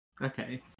Okay